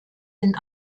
den